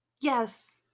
yes